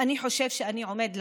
אני חושב שאני עומד למות,